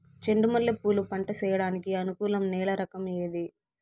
చెండు మల్లె పూలు పంట సేయడానికి అనుకూలం నేల రకం ఏది